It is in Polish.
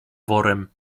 worem